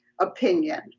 opinion